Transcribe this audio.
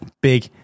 big